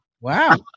Wow